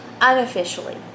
unofficially